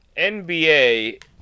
NBA